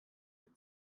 der